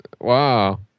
wow